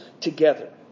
together